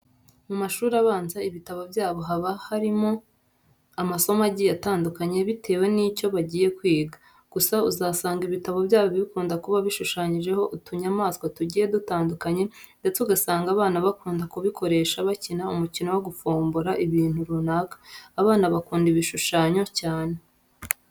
Mu mashuri abanza, ibitabo byabo haba harimo amasomo agiye atandukanye bietewe n'icyo bagiye kwiga. Gusa uzasanga ibitabo byabo bikunda kuba bishushanyijemo utunyamaswa tugiye dutandukanye ndetse ugasanga abana bakunda kubikoresha bakina umukino wo gufombora ibintu runaka. Abana bakunda ibishushanyo cyane.